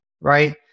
right